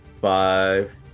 Five